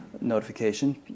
notification